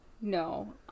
No